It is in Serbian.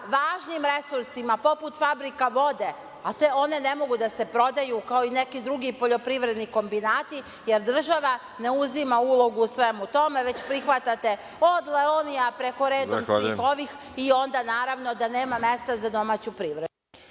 važnim resursima poput fabrika vode, a one ne mogu da se prodaju, kao i neki drugi poljoprivredni kombinati, jer država ne uzima ulogu u svemu tome, već prihvatate od „Leonija“ preko reda svih ovih i onda naravno da nema mesta za domaću privredu.